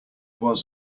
was